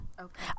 Okay